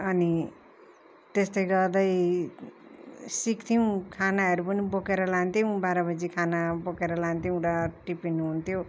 अनि त्यस्तै रहदै सिक्थ्यौँ खानाहरू पनि बोकेर लान्थ्यौँ बाह्र बजी खाना बोकेर लान्थ्यौँ र टिफिन हुन्थ्यो